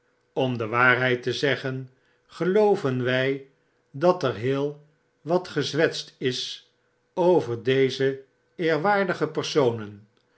street omde waarheid te zeggen gelooven wij dat er heel wat gezwetst is over deze eerwaardige personen